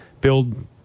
build